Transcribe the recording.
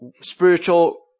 spiritual